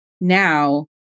now